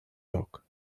talk